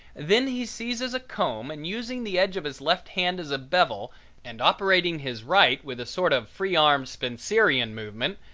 then he seizes a comb, and using the edge of his left hand as a bevel and operating his right with a sort of free-arm spencerian movement,